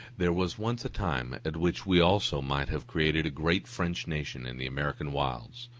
there was once a time at which we also might have created a great french nation in the american wilds,